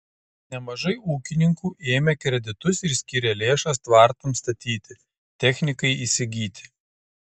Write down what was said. nemažai ūkininkų ėmė kreditus ir skyrė lėšas tvartams statyti technikai įsigyti